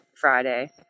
Friday